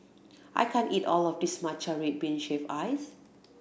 I can't eat all of this matcha red bean shaved ice